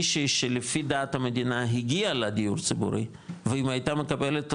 מישהי שלפי דעת המדינה הגיע לה דיור ציבורי ואם הייתה מקבלת אותו,